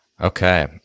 Okay